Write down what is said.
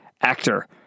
actor